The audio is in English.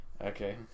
okay